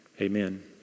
Amen